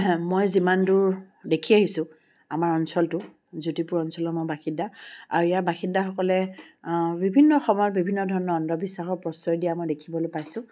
মই যিমান দূৰ দেখি আহিছো আমাৰ অঞ্চলটো জ্যোতিপুৰ অঞ্চলৰ মই বাসিন্দা আৰু ইয়াৰ বাসিন্দা সকলে বিভিন্ন সময়ত বিভিন্ন ধৰণৰ অন্ধবিশ্বাসক প্ৰশ্ৰয় দিয়া মই দেখিবলৈ পাইছোঁ